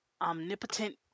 omnipotent